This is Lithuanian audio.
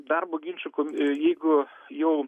darbo ginčų kom jeigu jau